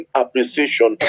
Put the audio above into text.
appreciation